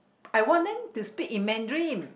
I want them to speak in Mandarin